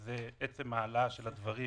ההעלאה של הדברים